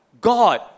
God